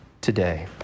today